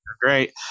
Great